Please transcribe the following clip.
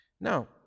Now